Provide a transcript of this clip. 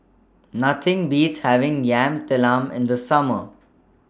Nothing Beats having Yam Talam in The Summer